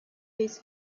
his